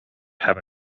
have